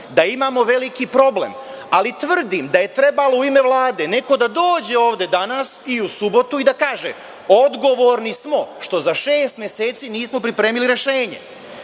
da imamo veliki problem, ali tvrdim da je trebalo u ime Vlade neko da dođe ovde danas i u subotu i da kaže – odgovorni smo što za šest meseci nismo pripremili rešenje. Na